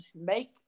make